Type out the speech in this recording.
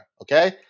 okay